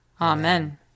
Amen